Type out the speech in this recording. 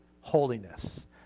holiness